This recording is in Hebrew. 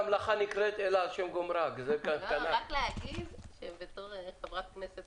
רק להגיד שבתור חברת כנסת